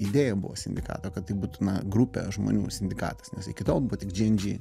idėja buvo sindikato kad tai būtų na grupė žmonių sindikatas nes iki tol buvo tik džy en džy